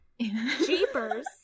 Jeepers